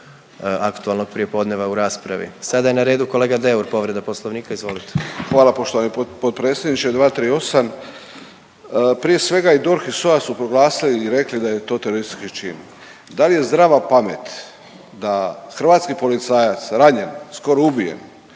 aktualnog prijepodneva u raspravi. Sada je na redu kolega Deur povreda poslovnika, izvolite. **Deur, Ante (HDZ)** Hvala poštovani potpredsjedniče. 238., prije svega i DORH i SOA su proglasili i rekli da je to teroristički čin. Da li je zdrava pamet da hrvatski policajac ranjen, skoro ubijen